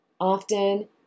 often